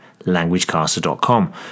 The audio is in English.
languagecaster.com